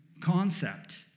concept